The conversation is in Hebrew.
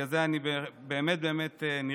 בגלל זה אני באמת באמת נרגש.